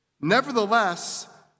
Nevertheless